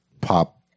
pop